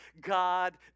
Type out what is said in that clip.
God